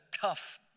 tough